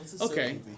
okay